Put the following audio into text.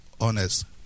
honest